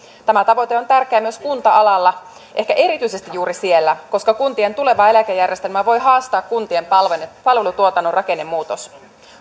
tämä tavoite on tärkeä myös kunta alalla ehkä erityisesti juuri siellä koska kuntien tulevaa eläkejärjestelmää voi haastaa kuntien palvelutuotannon rakennemuutos